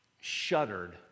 shuddered